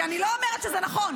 כי אני לא אומרת שזה נכון,